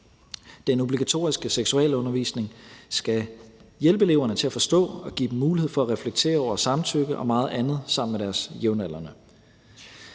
Den obligatoriske seksualundervisning skal hjælpe eleverne til at forstå og give dem mulighed for at reflektere over samtykke og meget andet sammen med deres jævnaldrende.